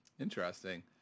interesting